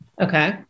Okay